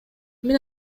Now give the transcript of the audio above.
мен